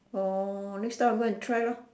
orh next time I go and try lor